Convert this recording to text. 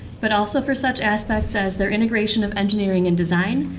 but also for such aspects as their integration of engineering and design,